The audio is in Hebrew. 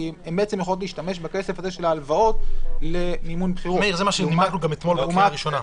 כי הן יכולות להשתמש בכסף הזה של ההלוואות למימון בחירות לעומת אחרות.